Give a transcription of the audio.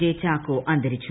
J Chacko അന്തരിച്ചു